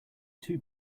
two